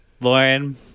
Lauren